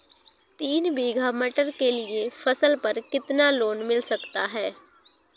तीन बीघा मटर के लिए फसल पर कितना लोन मिल सकता है?